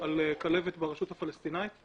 על כלבת ברשות הפלסטינית,